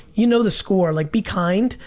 you know the score like be kind,